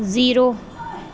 zero